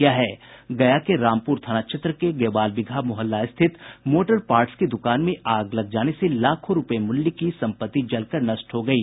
गया के रामपुर थाना क्षेत्र के गेवाल बिगहा मुहल्ला स्थित मोटर पार्ट्स की दुकान में आग लग जाने से लाखो रूपये मूल्य की संपत्ति जलकर नष्ट हो गयी